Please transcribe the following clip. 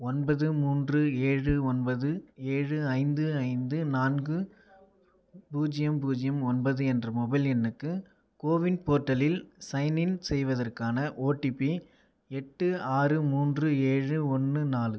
ஒன்பது மூன்று ஏழு ஒன்பது ஏழு ஐந்து ஐந்து நான்கு பூஜ்யம் பூஜ்யம் ஒன்பது என்ற மொபைல் எண்ணுக்கு கோவின் போர்ட்டலில் சைன்இன் செய்வதற்கான ஓடிபி எட்டு ஆறு மூன்று ஏழு ஒன்று நாலு